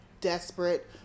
desperate